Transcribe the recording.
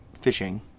fishing